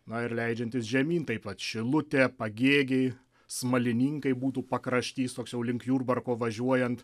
na ir leidžiantis žemyn taip pat šilutė pagėgiai smalininkai būtų pakraštys toks jau link jurbarko važiuojant